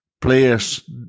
players